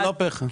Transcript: לא פה-אחד.